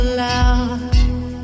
love